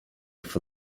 for